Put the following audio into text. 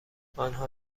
آنها